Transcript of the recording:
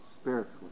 spiritually